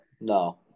No